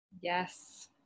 Yes